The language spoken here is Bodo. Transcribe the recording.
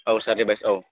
औ सार रिभाइस औ